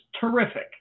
terrific